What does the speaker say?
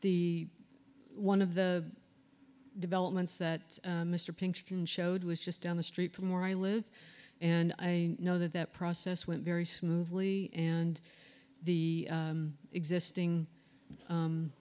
this one of the developments that mr pinkston showed was just down the street from where i live and i know that that process went very smoothly and the existing